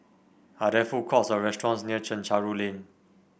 are there food courts or restaurants near Chencharu Lane